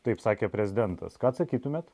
taip sakė prezidentas ką atsakytumėt